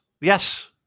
yes